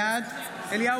בעד אליהו